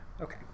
Okay